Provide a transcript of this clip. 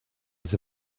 the